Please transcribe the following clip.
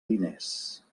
diners